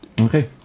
Okay